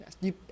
Yes